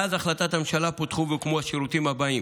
מאז החלטת הממשלה פותחו והוקמו השירותים הבאים: